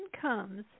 comes